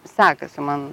sekasi man